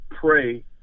pray